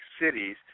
cities